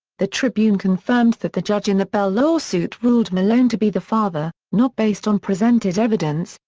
the tribune confirmed that the judge in the bell lawsuit ruled malone to be the father, not based on presented evidence,